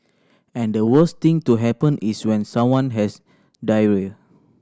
and the worst thing to happen is when someone has diarrhoea